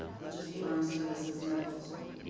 which is the armed services medical school.